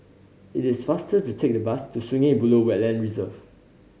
it is faster to take the bus to Sungei Buloh Wetland Reserve